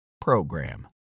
program